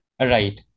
right